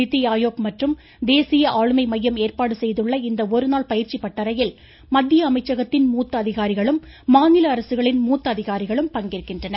நித்தி ஆயோக் மற்றும் தேசிய ஆளுமை மையம் ஏற்பாடு செய்துள்ள இந்த ஒருநாள் பயிற்சி பட்டறையில் மத்திய அமைச்சகத்தின் மூத்த அதிகாரிகளும் மாநில அரசுகளின் மூத்த அதிகாரிகளும் பங்கேற்கின்றனர்